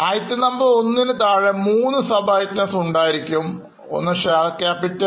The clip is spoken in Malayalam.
item number 1ഒന്നു താഴെ മൂന്ന് സബ് ഐറ്റംസ് ഉണ്ടായിരിക്കുന്നതാണ്